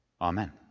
Amen